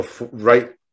right